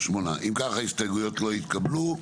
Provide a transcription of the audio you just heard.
ההסתייגויות נדחו אם כך ההסתייגויות לא התקבלו.